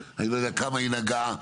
אני לא יודע כמה היא נגעה.